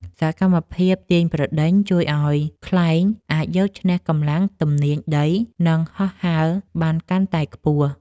សកម្មភាព ទាញប្រដេញ ជួយឱ្យខ្លែងអាចយកឈ្នះកម្លាំងទំនាញដី និងហោះហើរបានកាន់តែខ្ពស់។